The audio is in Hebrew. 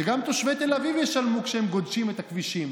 שגם תושבי תל אביב ישלמו כשהם גודשים את הכבישים.